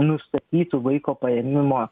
nustatytų vaiko paėmimo